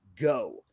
go